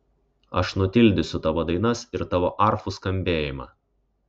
aš nutildysiu tavo dainas ir tavo arfų skambėjimą